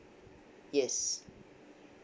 yes